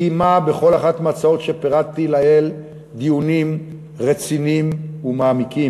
קיימה בכל אחת מההצעות שפירטתי לעיל דיונים רציניים ומעמיקים.